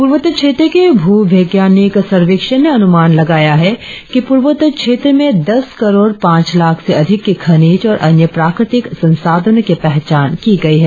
पूर्वोत्तर क्षेत्र के भूवैज्ञानिक सर्वेक्षण ने अनुमान लगाया है कि पूर्वोत्तर क्षेत्र में दस करोड़ पांच लाख से अधिक की खनिज और अन्य प्राकृतिक संसाधनों की पहचान की गई है